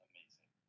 Amazing